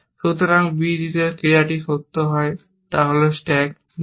সুতরাং b d তে যে ক্রিয়াটি সত্য হয় তা হল স্ট্যাক bd